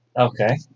Okay